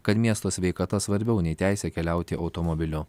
kad miesto sveikata svarbiau nei teisė keliauti automobiliu